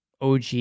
OG